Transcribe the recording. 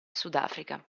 sudafrica